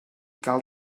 cal